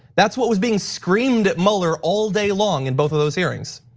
that's what was being screamed at mueller all day long, and both of those hearings.